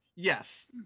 yes